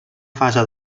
fase